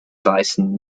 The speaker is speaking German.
weißen